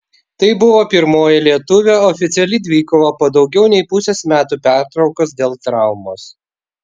tai buvo pirmoji lietuvio oficiali dvikova po daugiau nei pusės metų pertraukos dėl traumos